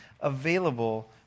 available